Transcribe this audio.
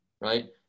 right